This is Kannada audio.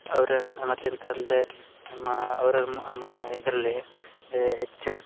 ಅವ್ರು ಮತ್ತು ಎಂತ ಅಂದರೆ ನಮ್ಮ ಅವ್ರು ಮ ಮ ಇದರಲ್ಲಿ ಹೆಚ್ಚು